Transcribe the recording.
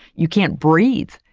you can't breathe.